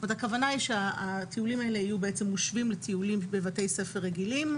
הכוונה היא שהטיולים האלה יהיו בעצם מושווים לטיולים בבתי ספר רגילים,